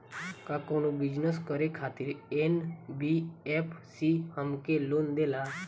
का कौनो बिजनस करे खातिर एन.बी.एफ.सी हमके लोन देला?